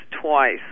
twice